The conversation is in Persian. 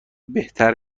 بهتر